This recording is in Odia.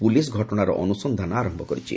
ପୁଲିସ୍ ଘଟଶାର ଅନୁସନ୍ଧାନ ଆରମ୍ଭ କରିଛି